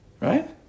Right